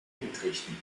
entrichten